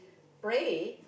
pray